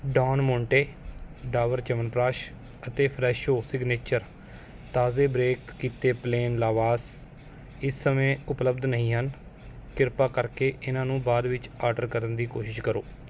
Don Monte Dabur Chyawanprash ਅਤੇ Fresho signature ਤਾਜ਼ੇ ਬ੍ਰੇਕ ਕੀਤੇ ਪਲੇਨ ਲਾਵਾਸ਼ ਇਸ ਸਮੇਂ ਉਪਲਬਧ ਨਹੀਂ ਹਨ ਕ੍ਰਿਪਾ ਕਰਕੇ ਇਹਨਾਂ ਨੂੰ ਬਾਅਦ ਵਿੱਚ ਆਡਰ ਕਰਨ ਦੀ ਕੋਸ਼ਿਸ਼ ਕਰੋ